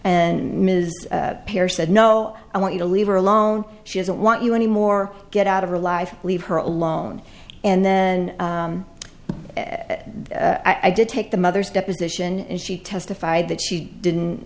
and ms pierce said no i want you to leave her alone she doesn't want you anymore get out of her life leave her alone and then i did take the mother's deposition and she testified that she didn't